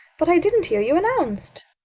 but i didn't hear you announced.